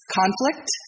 conflict